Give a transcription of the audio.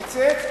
קיצץ,